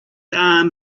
arm